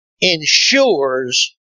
ensures